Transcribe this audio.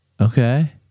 Okay